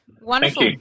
Wonderful